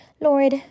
Lord